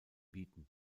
bieten